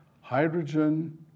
Hydrogen